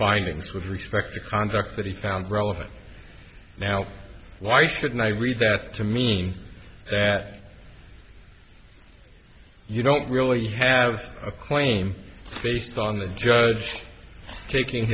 findings with respect to conduct that he found relevant now why shouldn't i read that to mean that you don't really have a claim based on the judge taking